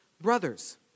brothers